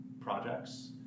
projects